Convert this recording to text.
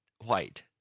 White